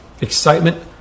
Excitement